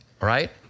Right